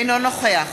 אינו נוכח